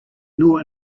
nor